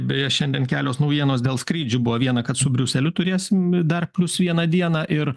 beje šiandien kelios naujienos dėl skrydžių buvo viena kad su briuseliu turėsim dar plius vieną dieną ir